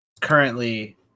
currently